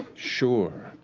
sure.